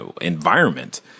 environment